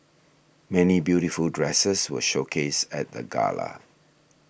many beautiful dresses were showcased at the gala